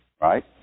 right